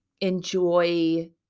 enjoy